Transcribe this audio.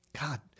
God